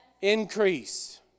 Increase